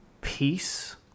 peace